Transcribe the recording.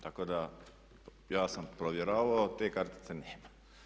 Tako da ja sam provjeravao, te kartice nema.